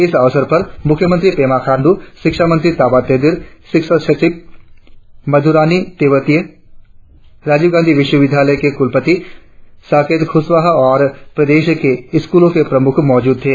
इस अवसर पर मुख्यमंत्री पेमा खाण्डू शिक्षा मंत्री ताबा तेदिर शिक्षा सचिव मधुरानी तेवतिया राजीव गांधी विश्वविद्यालय के कुलपति साकेत कुशवाहा और प्रदेश के स्कूलों के प्रमुख मौजूद थे